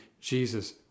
Jesus